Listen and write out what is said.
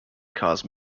cause